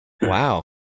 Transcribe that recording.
wow